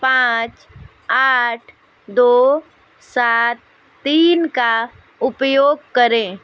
पाँच आठ दो सात तीन का उपयोग करें